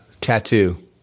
tattoo